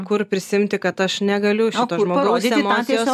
kur prisiimti kad aš negaliu šito žmogaus emocijos